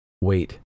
wait